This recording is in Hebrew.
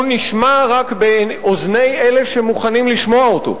הוא נשמע רק באוזני אלה שמוכנים לשמוע אותו,